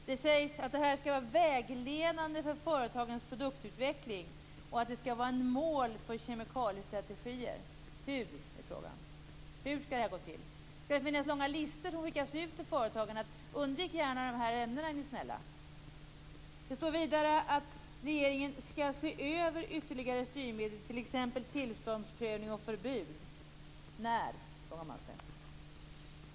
Det sägs att det här skall vara vägledande för företagens produktutveckling och att det skall vara ett mål för kemikaliestrategier. Hur skall det gå till? Kanske skall långa listor skickas ut till företagen där det står: Undvik gärna de här ämnena är ni snälla! Vidare står det att regeringen skall se över ytterligare styrmedel, t.ex. tillståndsprövning och förbud.